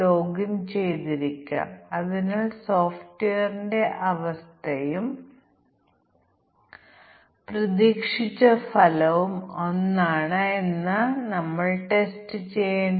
programme പരാജയപ്പെടാവുന്ന വ്യത്യസ്ത പ്രത്യേക മൂല്യങ്ങൾ എന്തൊക്കെയാണെന്ന് നമുക്ക് നോക്കാം